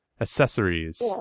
Accessories